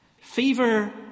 fever